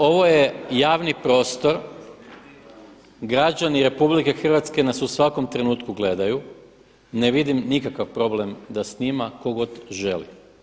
Ovo je javni prostor, građani RH nas u svakom trenutku gledaju, ne vidim nikakav problem da snima tko god želi.